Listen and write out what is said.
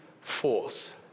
force